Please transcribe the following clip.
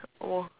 wa~